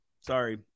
Sorry